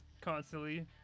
constantly